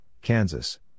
Kansas